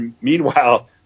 meanwhile